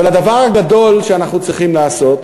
אבל הדבר הגדול שאנחנו צריכים לעשות,